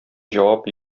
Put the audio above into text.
җавап